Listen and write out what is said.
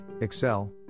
Excel